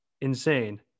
insane